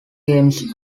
games